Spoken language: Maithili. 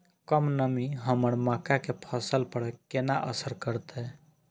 कम नमी हमर मक्का के फसल पर केना असर करतय?